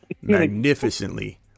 magnificently